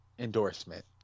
Endorsement